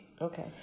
Okay